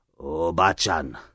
Obachan